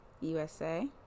USA